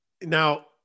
Now